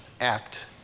act